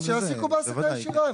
אז שיעסיקו בהעסקה ישירה,